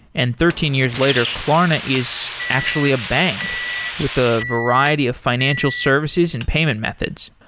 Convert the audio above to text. and thirteen years later klarna is actually a bank with the variety of financial services and payment methods.